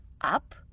up